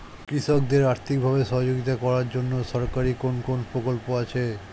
কৃষকদের আর্থিকভাবে সহযোগিতা করার জন্য সরকারি কোন কোন প্রকল্প আছে?